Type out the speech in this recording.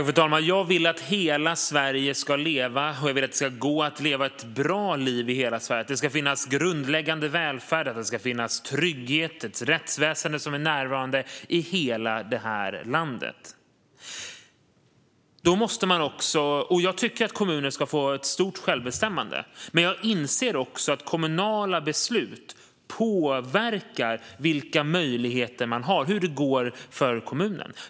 Fru talman! Jag vill att hela Sverige ska leva. Jag vill att det ska gå att leva ett bra liv i hela Sverige och att det ska finnas grundläggande välfärd, trygghet och ett rättsväsen som är närvarande i hela landet. Jag tycker att kommuner ska få ett stort självbestämmande, men jag inser också att kommunala beslut påverkar vilka möjligheter man har och hur det går för kommunen.